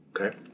Okay